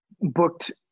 booked